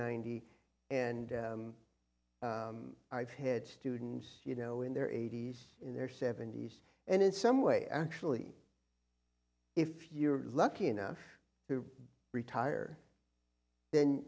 ninety and i've had students you know in their eighty's in their seventy's and in some way actually if you were lucky enough to retire then